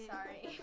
Sorry